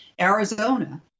Arizona